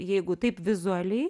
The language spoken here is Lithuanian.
jeigu taip vizualiai